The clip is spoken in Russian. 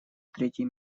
третий